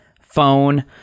phone